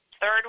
third